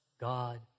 God